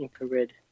infrared